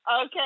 okay